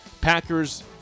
Packers